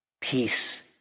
peace